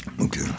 Okay